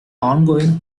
ongoing